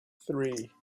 three